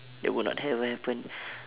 it will not ever happen